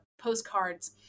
postcards